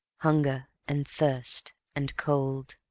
hunger and thirst and cold